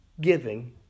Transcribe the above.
giving